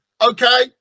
Okay